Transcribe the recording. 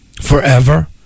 forever